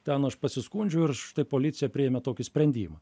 ten aš pasiskundžiau ir štai policija priėmė tokį sprendimą